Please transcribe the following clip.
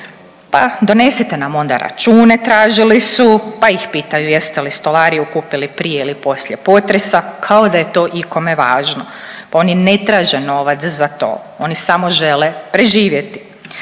Pa donesite nam onda račune tražili su, pa ih pitaju jeste li stolariju kupili prije ili poslije potresa kao da je to ikome važno, pa oni ne traže novac za to, oni samo žele preživjeti.